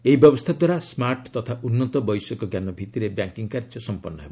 ଏହି ବ୍ୟବସ୍ଥା ଦ୍ୱାରା ସ୍କାର୍ଟ୍ ତଥା ଉନ୍ତ ବୈଷୟକଜ୍ଞାନ ଭିତ୍ତିରେ ବ୍ୟାଙ୍କିଙ୍ଗ୍ କାର୍ଯ୍ୟ ସମ୍ପନ୍ ହେବ